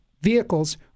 vehicles